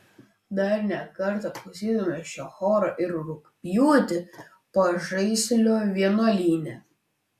dar ne kartą klausysimės šio choro ir rugpjūtį pažaislio vienuolyne